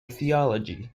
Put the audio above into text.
theology